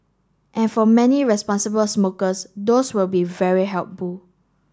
and for many responsible smokers those will be very